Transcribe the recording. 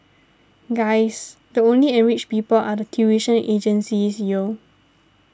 guys the only enriched people are the tuition agencies yo